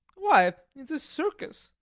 why, it's a circus.